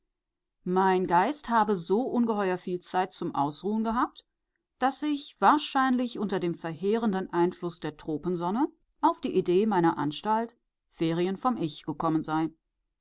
mein geist habe so ungeheuer viel zeit zum ausruhen gehabt daß ich wahrscheinlich unter dem verheerenden einfluß der tropensonne auf die idee meiner anstalt ferien vom ich gekommen sei